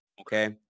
Okay